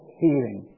healing